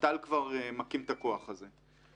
נט"ל כבר מקים את הכוח הזה.